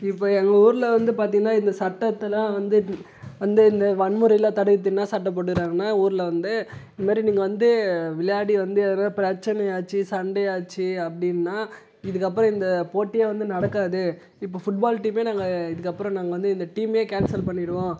இப்போ எங்கள் ஊரில் வந்து பார்த்தீங்கன்னா இந்த சட்டத்துலலாம் வந்து வந்து இந்த வன்முறை எல்லாம் தடுக்கிறத்துக்கு என்ன சட்டம் போட்டுகிறாங்கனா ஊரில் வந்து இதுமாதிரி நீங்கள் வந்து விளையாடி வந்து எதுனா பிரச்சனை ஆச்சு சண்டையாச்சு அப்படின்னா இதுக்கப்புறம் இந்த போட்டியே வந்து நடக்காது இப்போ ஃபுட்பால் டீமே நாங்கள் இதுக்கப்புறம் நாங்கள் வந்து இந்த டீமே கேன்சல் பண்ணிவிடுவோம்